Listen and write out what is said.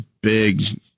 big